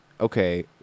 okay